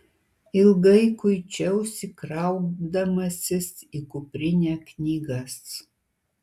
ilgai kuičiausi kraudamasis į kuprinę knygas